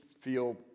feel